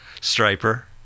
Striper